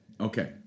okay